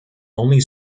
only